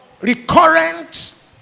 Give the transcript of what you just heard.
recurrent